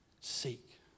Seek